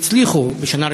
הצליחו בשנה ראשונה,